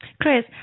Chris